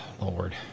Lord